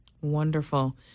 Wonderful